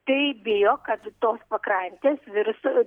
tai bijo kad tos pakrantės virs